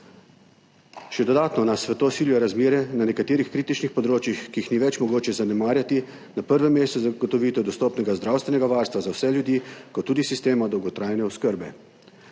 Še dodatno nas v to silijo razmere na nekaterih kritičnih področjih, ki jih ni več mogoče zanemarjati, na prvem mestu zagotovitev dostopnega zdravstvenega varstva za vse ljudi ter tudi sistema dolgotrajne oskrbe.